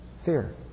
Fear